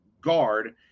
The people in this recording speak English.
guard